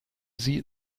sie